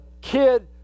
kid